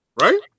right